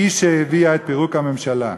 הן שהביאו את פירוק הממשלה.